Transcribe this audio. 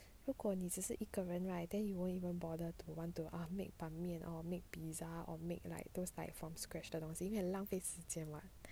如果你只是一个 right then you won't even bother to want to ah make ban mian or make pizza or make like those like from scratch 的东西因为很浪费时间 [what]